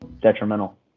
detrimental